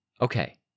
Okay